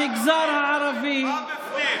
המגזר הערבי, מה בפנים?